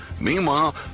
Meanwhile